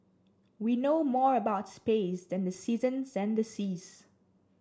we know more about space than the seasons and the seas